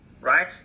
right